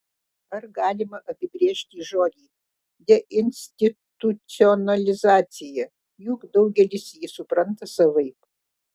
ar galima apibrėžti žodį deinstitucionalizacija juk daugelis jį supranta savaip